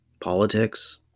politics